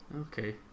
Okay